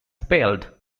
spelled